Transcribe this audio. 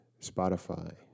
Spotify